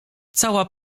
cała